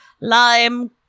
lime